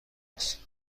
است